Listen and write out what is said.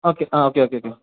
ആ okay okay okay